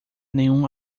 nenhum